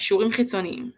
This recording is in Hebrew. קישורים חיצוניים ==